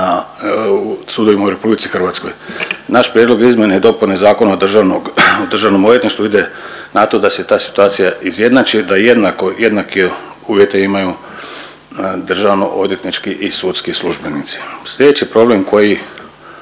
na sudovima u RH. Naš prijedlog je izmjene i dopune Zakona o državnog, o državnom odvjetništvu ide na to da se ta situacija izjednači da jednako, jednake uvjete imaju državno odvjetnički i sudski službenici. Slijedeći problem koji